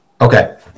Okay